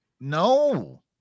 No